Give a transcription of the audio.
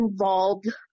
involved